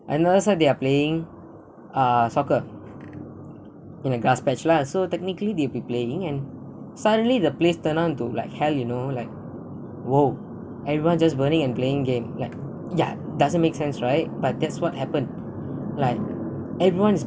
another side they are playing uh soccer in a glass batch lah so technically they'll be playing and suddenly the place turn on to like hell you know like !whoa! everyone just burning and playing game like ya doesn't make sense right but that's what happened like everyone is